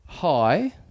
Hi